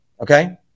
okay